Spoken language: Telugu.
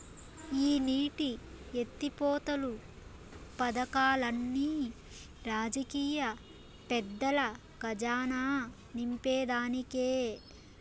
ఈ నీటి ఎత్తిపోతలు పదకాల్లన్ని రాజకీయ పెద్దల కజానా నింపేదానికే